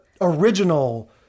original